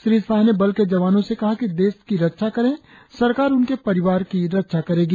श्री शाह ने बल के जवानों से कहा कि देश कि रक्षा करें सरकार उनके परिवार की रक्षा करेगी